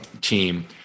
team